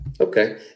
Okay